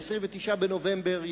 ב-29 בנובמבר,